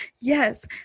Yes